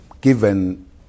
given